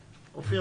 אופיר,